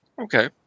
Okay